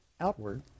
outward